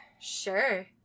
Sure